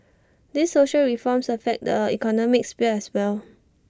these social reforms affect the economic sphere as well